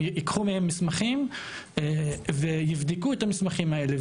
הם ייקחו מהם מסמכים וייבדקו את המסמכים האלה,